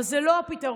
אבל זה לא הפתרון,